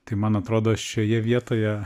tai man atrodo šioje vietoje